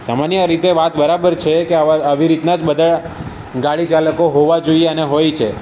સામાન્ય રીતે વાત બરાબર છે કે આવા આવી રીતના જ બધા ગાડીચાલકો હોવા જોઈએ અને હોય છે